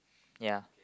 ya